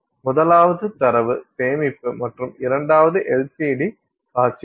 முதலாவது தரவு சேமிப்பு மற்றும் இரண்டாவது LCD காட்சிகள்